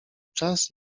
czas